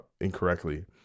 incorrectly